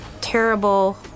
terrible